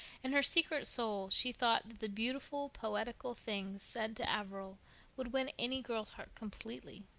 in her secret soul she thought that the beautiful, poetical things said to averil would win any girl's heart completely.